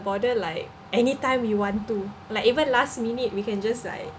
border like anytime we want to like even last minute we can just like